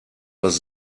was